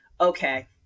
okay